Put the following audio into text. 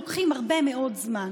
לוקחים הרבה מאוד זמן.